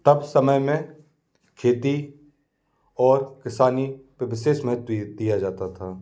तब समय में खेती और किसानी पर विशेष महत्व दिया जाता था